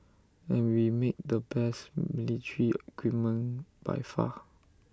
and we make the best military equipment by far